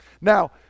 Now